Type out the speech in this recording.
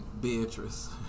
Beatrice